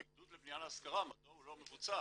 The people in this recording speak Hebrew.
העידוד לבניה להשכרה, מדוע הוא לא מבוצע?